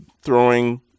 throwing